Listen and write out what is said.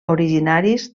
originaris